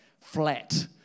flat